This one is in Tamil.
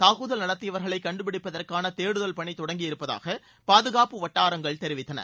தாக்குதல் நடத்தியவர்களை கண்டுப்பிடிப்பதற்கான தேடுதல் பணி தொடங்கியிருப்பதாக பாதுகாப்பு வட்டாரங்கள் தெரிவித்தன